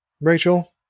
Rachel